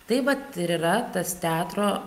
tai vat ir yra tas teatro